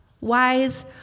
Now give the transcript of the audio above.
wise